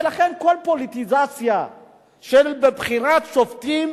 ולכן, כל פוליטיזציה בבחירת שופטים